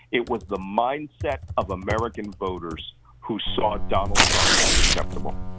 it was the mindset of american voters who saw donald trump as acceptable.